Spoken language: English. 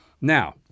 Now